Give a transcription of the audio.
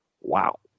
Wow